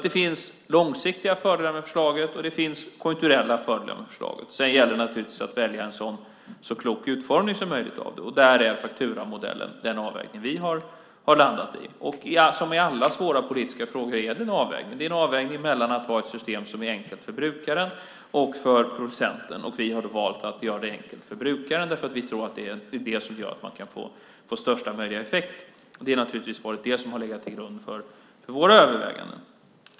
Det finns alltså långsiktiga fördelar med förslaget, och det finns konjunkturella fördelar med det. Sedan gäller det naturligtvis att välja en så klok utformning som möjligt av det. Där är fakturamodellen den avvägning vi har landat i. Som i alla svåra politiska frågor är det en avvägning. Det är en avvägning mellan att ha ett system som är enkelt för brukaren eller för producenten. Vi har valt att göra det enkelt för brukaren därför att vi tror att det är det som gör att man kan få största möjliga effekt. Det har naturligtvis varit det som har legat till grund för våra överväganden.